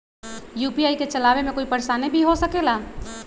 UPI के चलावे मे कोई परेशानी भी हो सकेला?